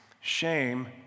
Shame